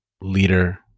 leader